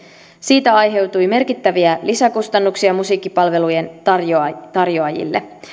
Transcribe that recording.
siitä aiheutui merkittäviä lisäkustannuksia musiikkipalvelujen tarjoajille tarjoajille